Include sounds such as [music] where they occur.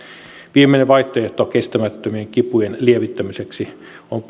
viimeinen vaihtoehto kestämättömien kipujen lievittämiseksi on [unintelligible]